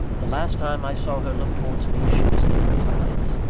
the last time i saw her look towards me, she was near the clouds.